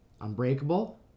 Unbreakable